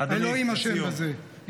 אלוהים אשם בזה.